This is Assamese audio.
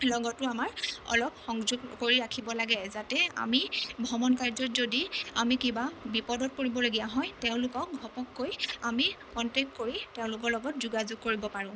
লগতো আমাৰ লগত সংযোগ কৰি ৰাখিব লাগে যাতে ভ্ৰমণ কাৰ্যত যদি আমি কিবা বিপদত পৰিবলগীয়া হয় তেওঁলোকক ঘপককৈ আমি কণ্টেক্ট কৰি তেওঁলোকৰ লগত যোগাযোগ কৰিব পাৰোঁ